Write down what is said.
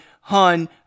Hun